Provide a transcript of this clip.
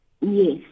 Yes